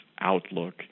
outlook